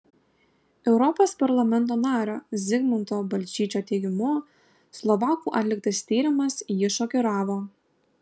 europos parlamento nario zigmanto balčyčio teigimu slovakų atliktas tyrimas jį šokiravo